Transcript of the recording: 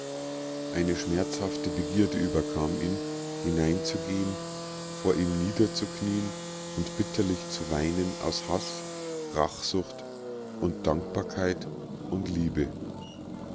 eine schmerzhafte begierde überkam ihn hineinzugehen vor ihm niederzuknien und bitterlich zu weinen aus haß rachsucht und dankbarkeit und liebe